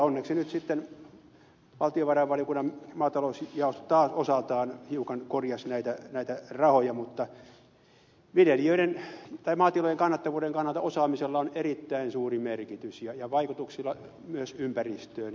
onneksi nyt valtiovarainvaliokunnan maatalousjaosto taas osaltaan hiukan korjasi näitä rahoja mutta maatilojen kannattavuuden kannalta osaamisella on erittäin suuri merkitys ja vaikutus myös ympäristöön